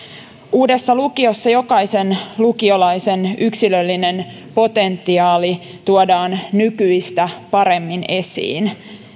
uudessa lukiossa jokaisen lukiolaisen yksilöllinen potentiaali tuodaan nykyistä paremmin esiin